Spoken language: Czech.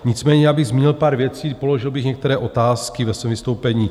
Nicméně bych zmínil pár věcí, položil bych některé otázky ve svém vystoupení.